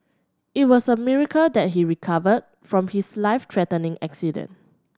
it was a miracle that he recovered from his life threatening accident